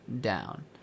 down